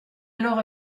alors